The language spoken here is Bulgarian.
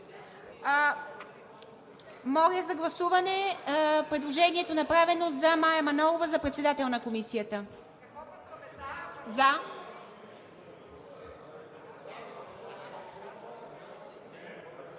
Моля за гласуване предложението, направено за Мая Манолова за председател на Комисията.